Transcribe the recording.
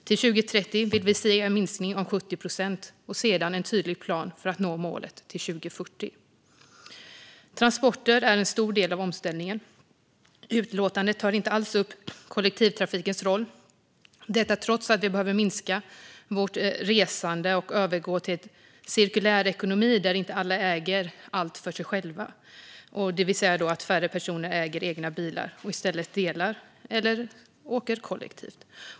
Till 2030 vill vi se en minskning om 70 procent och sedan en tydlig plan för att nå målet till 2040. Transporter är en stor del av omställningen. Utlåtandet tar inte alls upp kollektivtrafikens roll - detta trots att vi behöver minska vårt resande och övergå till cirkulär ekonomi där inte alla äger allt för sig själva. Till exempel äger färre personer egna bilar, och i stället delar de bil eller åker kollektivt.